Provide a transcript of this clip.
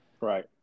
Right